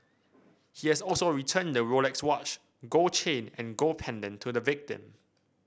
he has also returned the Rolex watch gold chain and gold pendant to the victim